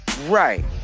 Right